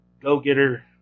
go-getter